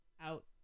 out